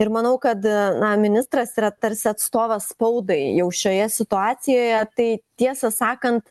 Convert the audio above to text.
ir manau kad na ministras yra tarsi atstovas spaudai jau šioje situacijoje tai tiesą sakant